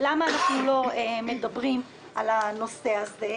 למה אנחנו לא מדברים על הנושא הזה?